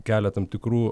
kelia tam tikrų